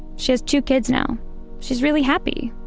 she has two kids now she's really happy.